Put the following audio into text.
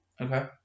Okay